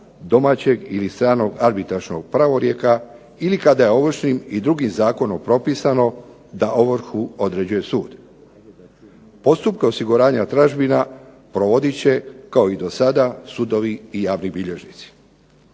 domaćeg ili stranog arbitražnog pravorijeka ili kada je Ovršnim ili drugim zakonom propisano da ovrhu određuje sud. Postupke osiguranja od tražbina provodit će kao i do sada sudovi i javni bilježnici.